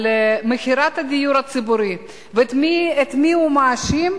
על מכירת הדיור הציבורי, ואת מי הוא מאשים?